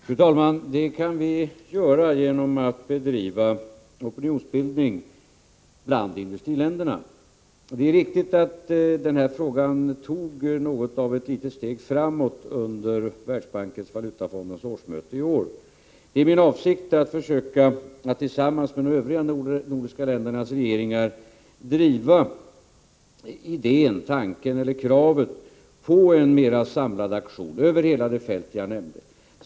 Fru talman! Det kan vi göra genom att bedriva opinionsbildning bland i-länderna. Det är riktigt att frågan tog något av ett litet steg framåt under Världsbankens/Valutafondens årsmöte i år. Det är min avsikt att tillsammans med de övriga nordiska ländernas regeringar driva kravet på en mera samlad aktion över hela det fält som jag nämnde.